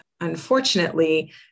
unfortunately